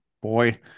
boy